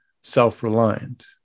self-reliant